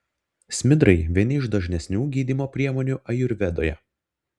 smidrai vieni iš dažnesnių gydymo priemonių ajurvedoje